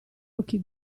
occhi